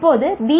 இப்போது பி